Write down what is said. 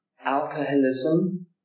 alcoholism